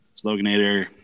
Sloganator